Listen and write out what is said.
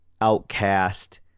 outcast